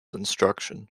instruction